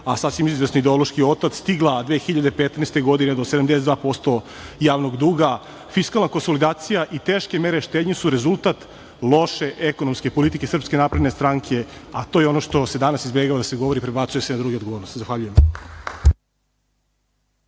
a sasvim izvesno i ideološki otac, stigla 2015. godine do 72% javnog duga. Fiskalna konsolidacija i teške mere štednje su rezultat loše ekonomske politike SNS, a to je ono što se danas izbegava da se govori i prebacuje se na druge odgovornost. Zahvaljujem.